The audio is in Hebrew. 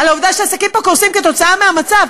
על העובדה שעסקים פה קורסים כתוצאה מהמצב.